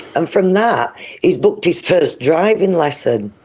and from that he's booked his first driving lesson.